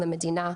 למדינה,